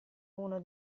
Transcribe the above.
uno